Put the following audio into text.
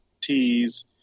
teas